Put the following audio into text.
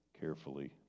carefully